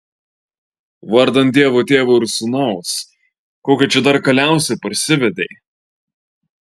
vardan dievo tėvo ir sūnaus kokią čia dar kaliausę parsivedei